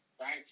right